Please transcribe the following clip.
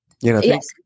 Yes